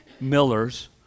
miller's